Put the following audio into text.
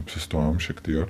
apsistojom šiek tiek